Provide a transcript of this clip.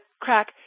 crack